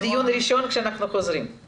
הדיון הראשון לאחר שנחזור מחופשה המרוכזת.